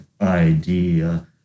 idea